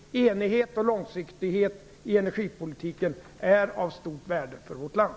Enighet och långsiktighet i energipolitiken är av stort värde för vårt land.